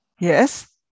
yes